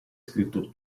scritto